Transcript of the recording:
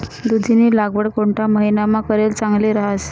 दुधीनी लागवड कोणता महिनामा करेल चांगली रहास